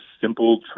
simple